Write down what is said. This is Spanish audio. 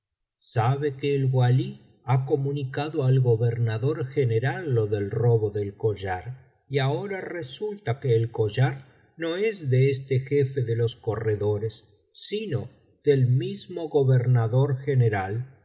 sabe que el walí ha comunicado al gobernador general lo del robo del collar y ahora resulta que el collar no es de este jefe de los corredores sino del mismo gobernador general